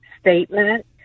statement